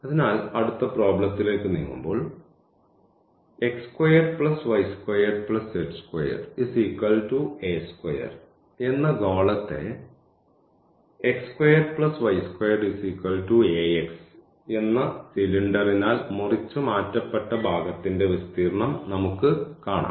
അതിനാൽ അടുത്ത പ്രോബ്ലത്തിലേക്ക് നീങ്ങുമ്പോൾ എന്ന ഗോളത്തെ എന്ന് സിലിണ്ടറിനാൽ മുറിച്ചുമാറ്റപ്പെട്ട ഭാഗത്തിൻറെ വിസ്തീർണ്ണം നമുക്ക് കാണാം